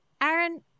Aaron